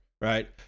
right